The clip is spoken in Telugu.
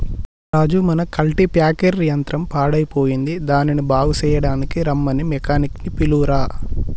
రాజు మన కల్టిప్యాకెర్ యంత్రం పాడయ్యిపోయింది దానిని బాగు సెయ్యడానికీ రమ్మని మెకానిక్ నీ పిలువురా